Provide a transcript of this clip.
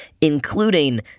including